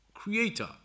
Creator